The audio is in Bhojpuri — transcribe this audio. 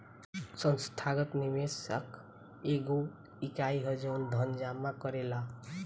संस्थागत निवेशक एगो इकाई ह जवन धन जामा करेला